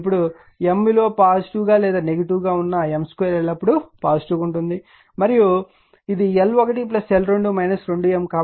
ఇప్పుడు మరియు M విలువ పాజిటివ్ గా లేదా నెగిటీవ్ గా వున్నా M2 ఎల్లప్పుడూ పాజిటివ్ గా ఉంటుంది మరియు ఇది L1 L2 2M